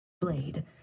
blade